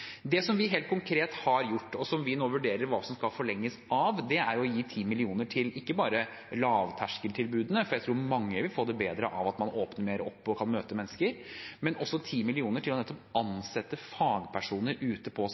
Det vi helt konkret har gjort, og som vi nå vurderer hva som skal forlenges av, er å gi 10 mill. kr ikke bare til lavterskeltilbudene, for jeg tror mange vil få det bedre av at man åpner mer opp og kan møte mennesker, men også 10 mill. kr til å ansette fagpersoner ute